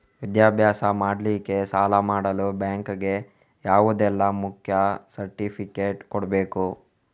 ವಿದ್ಯಾಭ್ಯಾಸ ಮಾಡ್ಲಿಕ್ಕೆ ಸಾಲ ಮಾಡಲು ಬ್ಯಾಂಕ್ ಗೆ ಯಾವುದೆಲ್ಲ ಮುಖ್ಯ ಸರ್ಟಿಫಿಕೇಟ್ ಕೊಡ್ಬೇಕು?